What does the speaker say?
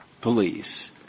police